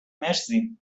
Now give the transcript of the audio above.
مرسی